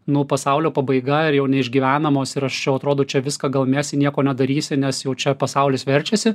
nu pasaulio pabaiga ir jau neišgyvenamos ir aš čia jau atrodo čia viską gal mesi nieko nedarysi nes jau čia pasaulis verčiasi